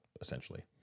essentially